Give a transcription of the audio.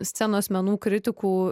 scenos menų kritikų